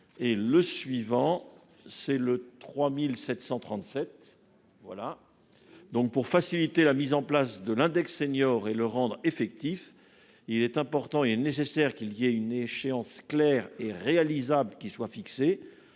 Est le suivant, c'est le 3737. Voilà. Donc pour faciliter la mise en place de l'index senior et le rendre effectif. Il est important et nécessaire qu'il y a une échéance clair et réalisable qui soit fixé.